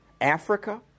Africa